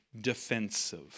defensive